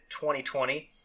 2020